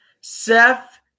Seth